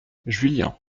juillan